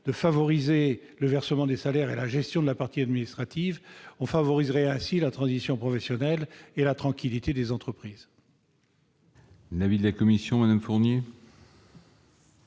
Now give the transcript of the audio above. En facilitant le versement des salaires et la gestion de la partie administrative, on favoriserait la transition professionnelle et la tranquillité des entreprises.